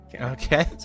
Okay